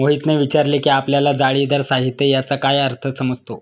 मोहितने विचारले की आपल्याला जाळीदार साहित्य याचा काय अर्थ समजतो?